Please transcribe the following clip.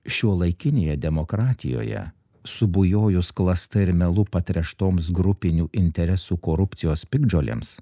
šiuolaikinėje demokratijoje subujojus klasta ir melu patręštoms grupinių interesų korupcijos piktžolėms